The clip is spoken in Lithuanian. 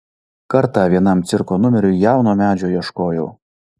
kartą vienam cirko numeriui jauno medžio ieškojau